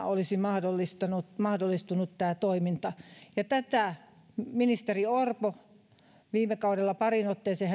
olisi yritystoimintana mahdollistunut tämä toiminta keskustelin ministeri orvon kanssa viime kaudella pariin otteeseen